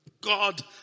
God